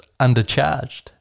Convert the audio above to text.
undercharged